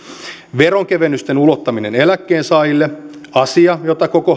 veronkevennysten ulottaminen eläkkeensaajille asia jota koko